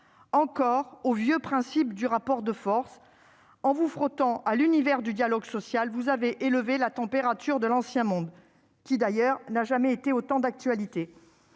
encore aux vieux principes du rapport de force. En vous frottant à l'univers du dialogue social, vous avez élevé la température de l'ancien monde, qui, d'ailleurs, n'a jamais été autant d'actualité.